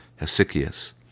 Hesychius